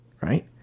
right